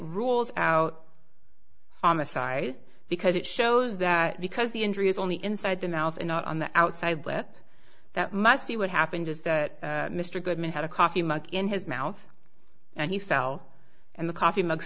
rules out homicide because it shows that because the injury is only inside the mouth and not on the outside lip that must be what happened is that mr goodman had a coffee mug in his mouth and he fell and the coffee mug